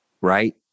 right